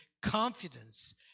confidence